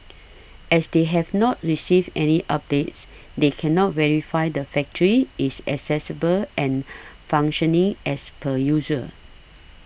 as they have not received any updates they cannot verify the factory is accessible and functioning as per usual